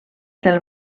del